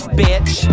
bitch